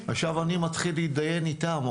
עכשיו אני מתחיל להתדיין איתם.